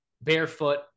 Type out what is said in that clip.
barefoot